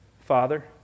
Father